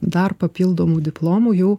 dar papildomų diplomų jau